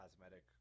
cosmetic